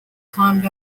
climbed